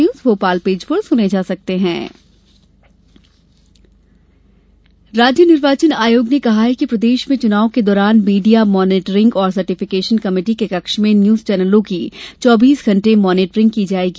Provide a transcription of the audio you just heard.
news channel monitoring राज्य निर्वाचन आयोग ने कहा है कि प्रदेश में चुनाव के दौरान मीडिया मॉनीटरिंग और सर्टिफिकेशन कमेटी के कक्ष में न्यूज चैनलों की चौबीस घण्टे मॉनीटरिंग की जायेगी